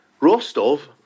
Rostov